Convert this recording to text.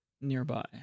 nearby